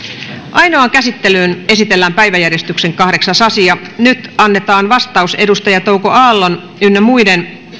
ainoaan käsittelyyn esitellään päiväjärjestyksen kahdeksas asia nyt annetaan vastaus edustaja touko aallon ynnä muuta